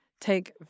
take